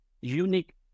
unique